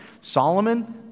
Solomon